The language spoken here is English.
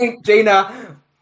Gina